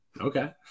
Okay